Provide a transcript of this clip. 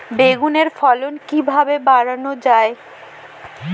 বেগুনের ফলন কিভাবে বাড়ানো যায়?